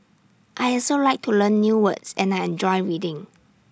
I also like to learn new words and I enjoy reading